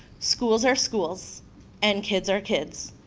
schools are schools and kids are kids.